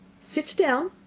sit down.